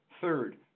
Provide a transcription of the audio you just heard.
Third